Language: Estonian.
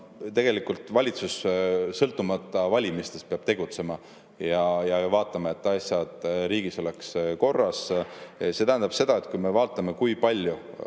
ametiaeg. Valitsus sõltumata valimistest peab tegutsema ja vaatama, et asjad riigis korras oleks. See tähendab seda, et kui me vaatame, kui palju